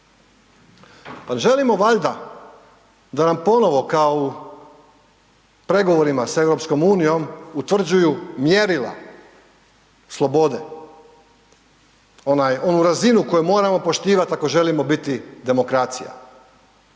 ne želimo valjda da nam ponovo kao i u pregovorima s EU-om utvrđuju mjerila slobode. Onaj, onu razinu koju moramo poštivati ako želimo biti demokracija?